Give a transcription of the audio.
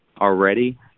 already